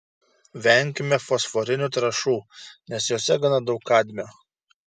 venkime fosforinių trąšų nes jose gana daug kadmio